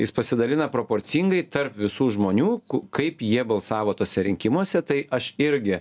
jis pasidalina proporcingai tarp visų žmonių kaip jie balsavo tuose rinkimuose tai aš irgi